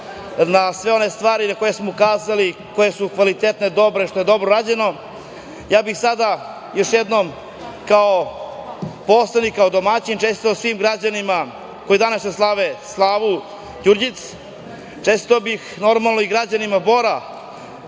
na sve one stvari na koje smo ukazali, koje su kvalitetne, dobre, što je dobro urađeno, sada bih još jednom kao poslanik, kao domaćin čestitao svim građanima koji danas slave slavu, Đurđic, čestitam normalno i građanima Bora